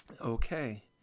Okay